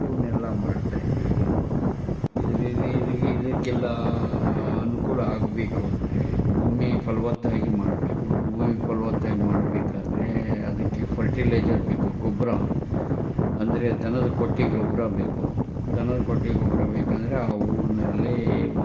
ಇವನ್ನೆಲ್ಲ ಮಾಡ್ತಾಯಿದ್ವಿ ಇದಕ್ಕೆಲ್ಲ ಅನುಕೂಲ ಆಗಬೇಕು ಅಂದರೆ ಭೂಮಿ ಫಲವತ್ತಾಗಿ ಮಾಡಬೇಕು ಭೂಮಿ ಫಲವತ್ತಾಗಿ ಮಾಡಬೇಕಾದ್ರೆ ಅದಕ್ಕೆ ಫರ್ಟಿಲೈಜರ್ ಬೇಕು ಗೊಬ್ಬರ ಅಂದರೆ ದನದ ಕೊಟ್ಟಿಗೆ ಗೊಬ್ಬರ ಬೇಕು ದನದ ಕೊಟ್ಟಿಗೆ ಗೊಬ್ಬರ ಬೇಕೆಂದರೆ ಆ ಊರಿನಲ್ಲಿ